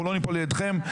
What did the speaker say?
אנחנו לא ניפול לידכם,